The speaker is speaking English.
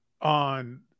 on